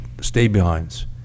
stay-behinds